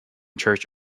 church